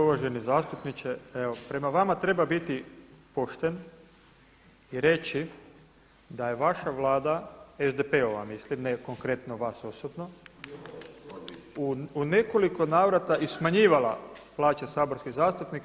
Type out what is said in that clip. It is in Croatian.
Uvaženi zastupniče, prema vama treba biti pošten i reći da je vaša vlada SDP-ova mislim ne konkretno vas osobno u nekoliko navrata i smanjivala plaće saborskih zastupnika.